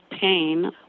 pain